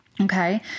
okay